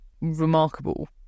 remarkable